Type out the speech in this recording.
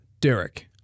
Derek